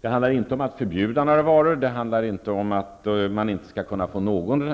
Det handlar inte om att förbjuda några varor, och det handlar inte om att man inte skall få något